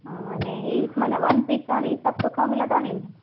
आने मना one piece सां हीअ सभु सुठो मिलंदो आहे नी